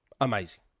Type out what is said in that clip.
amazing